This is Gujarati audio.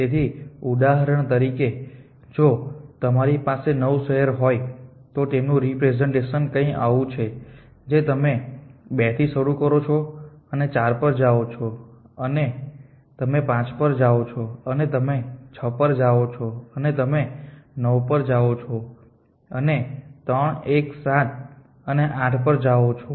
તેથી ઉદાહરણ તરીકે જો તમારી પાસે 9 શહેરો હોય તો તેમનું રેપ્રેસેંટેશન કંઈક આવું છે જે તમે 2 થી શરૂ કરો છો અને 4 પર જાઓ છો અને તમે 5 પર જાઓ છો અને તમે 6 પર જાઓ છો અને તમે 9 પર જાઓ છો અને 3 1 7 અને 8 પર જાઓ છો